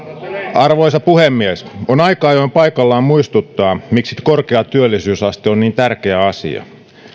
arvoisa puhemies on aika ajoin paikallaan muistuttaa miksi korkea työllisyysaste on niin tärkeä asia